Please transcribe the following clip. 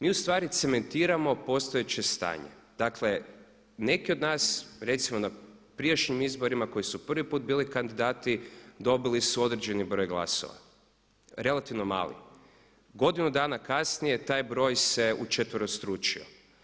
Mi ustvari cementiramo postojeće stanje, dakle neki od nas recimo na prijašnjim izborima koji su prvi puta bili kandidati dobili su određeni broj glasova, relativno mali, godinu dana kasnije taj broj se učetverostručio.